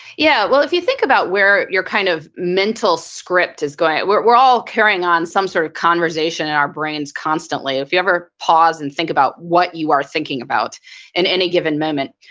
yeah. well if you think about where your kind of mental script is going, we're all carrying on some sort of conversation in our brains constantly. if you ever pause and think about what you are thinking about in any given moment,